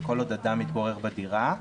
וכל עוד אדם מתגורר בדירה,